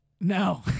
No